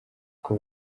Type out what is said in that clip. uko